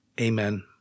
Amen